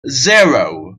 zero